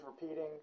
repeating